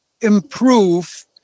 improve